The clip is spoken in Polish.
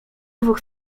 dwóch